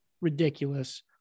Ridiculous